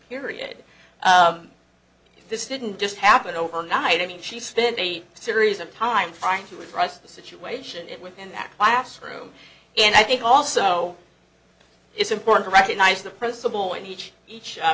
period this didn't just happen overnight i mean she spent a series of time trying to address the situation it within that classroom and i think also it's important to recognize the principal in each each